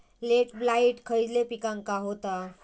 Late blight खयले पिकांका होता?